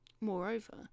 Moreover